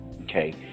Okay